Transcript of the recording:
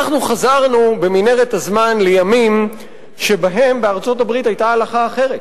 אנחנו חזרנו במנהרת הזמן לימים שבהם בארצות-הברית היתה הלכה אחרת,